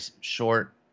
short